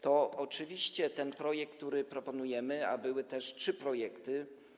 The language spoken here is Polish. To oczywiście ten projekt, który proponujemy, a były też trzy projekty.